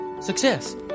success